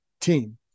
team